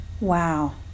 wow